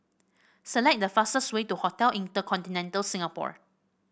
select the fastest way to Hotel InterContinental Singapore